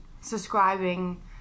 subscribing